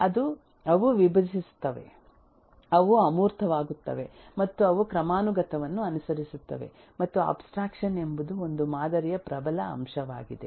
ಅವು ವಿಭಜಿಸುತ್ತವೆ ಅವು ಅಮೂರ್ತವಾಗುತ್ತವೆ ಮತ್ತು ಅವು ಕ್ರಮಾನುಗತವನ್ನು ಅನುಸರಿಸುತ್ತವೆ ಮತ್ತು ಅಬ್ಸ್ಟ್ರಾಕ್ಷನ್ ಎಂಬುದು ಒಂದು ಮಾದರಿಯ ಪ್ರಬಲ ಅಂಶವಾಗಿದೆ